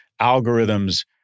algorithms